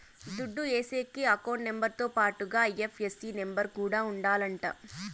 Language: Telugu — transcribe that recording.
దుడ్లు ఏసేకి అకౌంట్ నెంబర్ తో పాటుగా ఐ.ఎఫ్.ఎస్.సి నెంబర్ కూడా ఉండాలంట